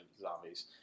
zombies